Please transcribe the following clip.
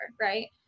right